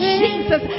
jesus